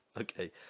Okay